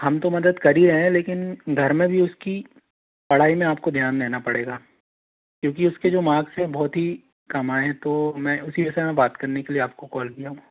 हम तो मदद कर ही रहे है लेकिन घर में भी उसकी पढ़ाई में आपको ध्यान देना पड़ेगा क्योंकि उसके जो मार्क्स से बहुत ही कम आए हैं तो मैं उसी सिलसिले में बात करने के लिए आपको कॉल किया